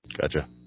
Gotcha